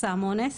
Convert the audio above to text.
סם אונס,